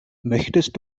möchtest